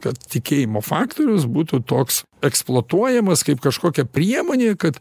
kad tikėjimo faktorius būtų toks eksploatuojamas kaip kažkokia priemonė kad